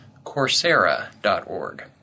Coursera.org